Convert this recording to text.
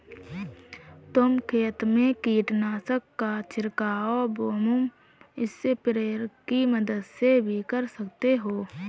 तुम खेत में कीटनाशक का छिड़काव बूम स्प्रेयर की मदद से भी कर सकते हो